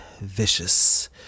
vicious